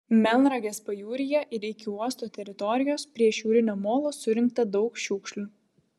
melnragės pajūryje ir iki uosto teritorijos prie šiaurinio molo surinkta daug šiukšlių